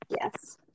Yes